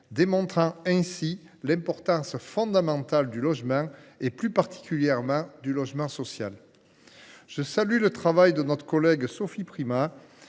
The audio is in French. démontre l’importance fondamentale du logement, et plus particulièrement du logement social. Je salue le travail de notre collègue Sophie Primas